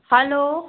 hello